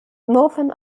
northern